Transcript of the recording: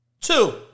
Two